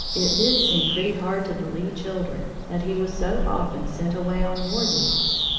it did seem pretty hard to the lee children that he was so often sent away on war duties.